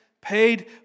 paid